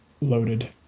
loaded